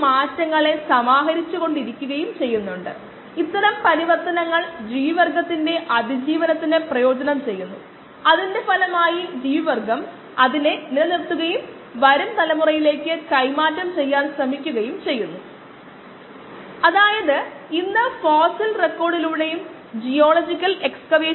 നമ്മൾ ഒരു പിശക് കണ്ടെത്തുകയാണെങ്കിൽ ദയവായി അത് ചൂണ്ടിക്കാണിക്കുക ഇപ്പോൾ നമുക്ക് kd ഉണ്ട് നമുക്ക് ഡെസിമൽ റിഡക്ഷൻ സമയം kd പ്രകാരം 2